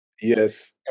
Yes